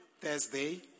Thursday